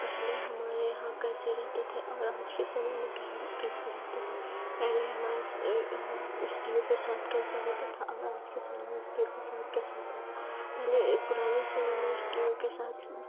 पहले हमारे यहाँ कैसे रहते थे और आज के समय में हम कैसे रहते हैं पहले हमाये हम स्त्रियों के साथ कैसा होता था और आज के समय में स्त्रियों के साथ कैसा होता है पहले पुराने समय में स्त्रियों के साथ